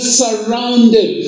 surrounded